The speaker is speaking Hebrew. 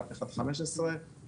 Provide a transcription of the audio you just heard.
אחר כך עד 15 קילו וואט.